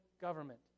government